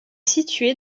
situé